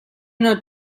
not